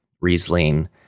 Riesling